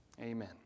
Amen